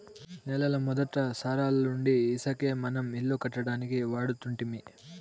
నేలల మొదటి సారాలవుండీ ఇసకే మనం ఇల్లు కట్టడానికి వాడుతుంటిమి